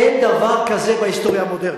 אין דבר כזה בהיסטוריה המודרנית.